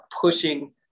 pushing